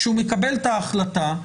כשהוא מקבל את ההחלטה,